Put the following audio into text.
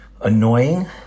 annoying